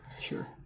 Sure